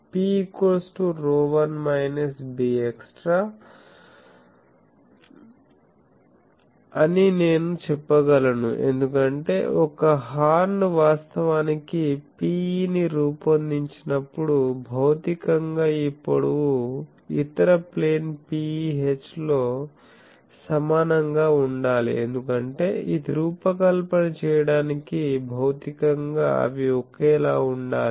P ρ1 minus bextra e అని నేను చెప్పగలను ఎందుకంటే ఒక హార్న్ వాస్తవానికి Pe ని రూపొందించినప్పుడు భౌతికంగా ఈ పొడవు ఇతర ప్లేన్ PeH లో సమానంగా ఉండాలి ఎందుకంటే ఇది రూపకల్పన చేయడానికి భౌతికంగా అవి ఒకేలా ఉండాలి